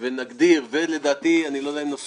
אני מתכבד לפתוח את ישיבת ועדת המדע